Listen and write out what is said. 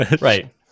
right